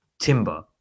Timber